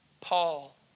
Paul